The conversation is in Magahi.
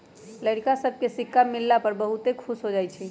लइरका सभके सिक्का मिलला पर बहुते खुश हो जाइ छइ